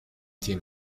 تیم